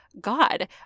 God